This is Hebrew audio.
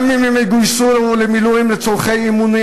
גם אם הם יגויסו למילואים לצורכי אימונים